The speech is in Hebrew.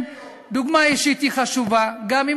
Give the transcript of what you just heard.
לכן דוגמה אישית היא חשובה, גם אם